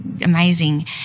amazing